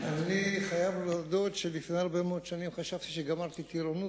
אני חייב להודות שלפני הרבה מאוד שנים חשבתי שגמרתי טירונות,